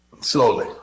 slowly